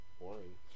boring